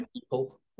people